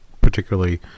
particularly